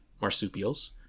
Marsupials